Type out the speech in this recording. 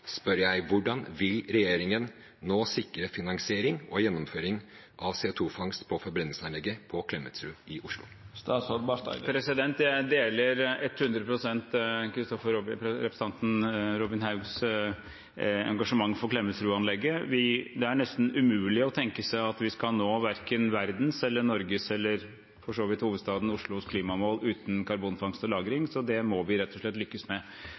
spør jeg: Hvordan vil regjeringen nå sikre finansiering og gjennomføring av CO 2 -fangst på forbrenningsanlegget på Klemetsrud i Oslo? Jeg deler hundre prosent representanten Haugs engasjement for Klemetsrudanlegget. Det er nesten umulig å tenke seg at vi skal nå verdens eller Norges eller for så vidt hovedstaden Oslos klimamål uten karbonfangst og -lagring, så det må vi rett og slett lykkes med.